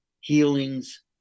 healings